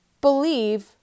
believe